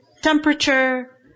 temperature